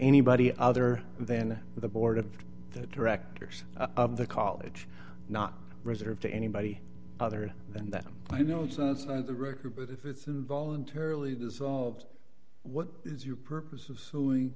anybody other than the board of directors of the college not reserved to anybody other than that i know the record but if it's in voluntarily dissolved what is your purposes